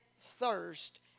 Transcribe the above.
thirst